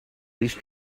least